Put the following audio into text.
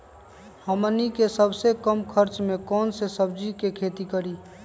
हमनी के सबसे कम खर्च में कौन से सब्जी के खेती करी?